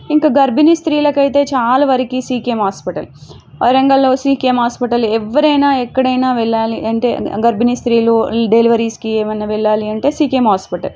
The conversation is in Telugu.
ఇంక గర్భిణీ స్త్రీలకైతే చాలవరికి సికేఎం హాస్పిటల్ వరంగల్లో సికేఎం హాస్పిటల్ ఎవ్వరైనా ఎక్కడైనా వెళ్ళాలి అంటే గర్భిణీ స్త్రీలు డెలివరీస్కి ఏమన్నా వెళ్ళాలి అంటే సికేఎం హాస్పిటల్